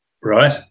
Right